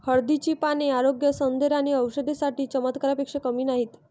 हळदीची पाने आरोग्य, सौंदर्य आणि औषधी साठी चमत्कारापेक्षा कमी नाहीत